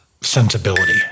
sensibility